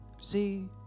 see